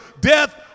death